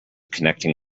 connecting